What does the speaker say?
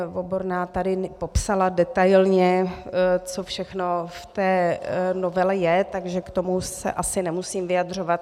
Oborná tady popsala detailně, co všechno v té novele je, takže k tomu se asi nemusím vyjadřovat.